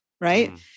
Right